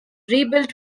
rebuilt